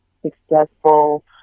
successful